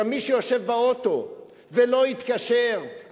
גם מי שיושב באוטו ולא התקשר,